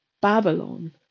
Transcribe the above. Babylon